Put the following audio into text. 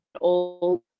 old